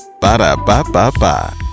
Ba-da-ba-ba-ba